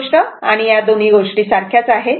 ही गोष्ट आणि या दोन गोष्टी सारख्याच आहेत